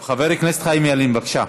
חיים ילין, בבקשה.